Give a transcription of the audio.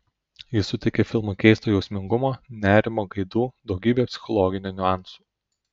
ji suteikia filmui keisto jausmingumo nerimo gaidų daugybę psichologinių niuansų